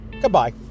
goodbye